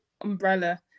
umbrella